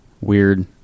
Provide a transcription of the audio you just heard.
weird